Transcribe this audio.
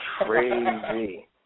crazy